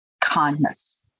kindness